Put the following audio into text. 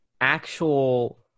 actual